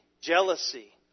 jealousy